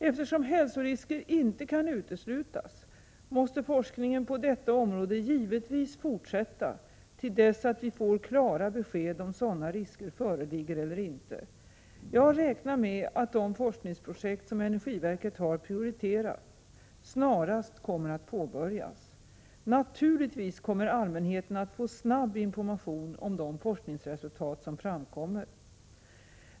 Eftersom hälsorisker inte kan uteslutas, måste forskningen på detta område givetvis fortsätta till dess att vi får klara besked om sådana risker föreligger eller inte. Jag räknar med att de forskningsprojekt som energiverket har prioriterat snarast kommer att påbörjas. Naturligtvis kommer allmänheten att få snabb information om de forskningsresultat som framkommer.